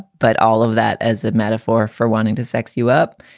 but all of that as a metaphor for wanting to sex you up.